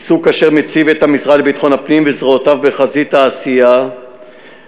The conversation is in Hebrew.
עיסוק זה מציב את המשרד לביטחון הפנים וזרועותיו בחזית העשייה לפיקוד,